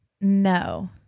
No